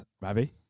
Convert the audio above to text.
Ravi